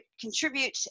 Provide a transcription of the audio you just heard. contribute